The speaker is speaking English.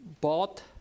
bought